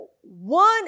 one